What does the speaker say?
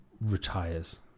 retires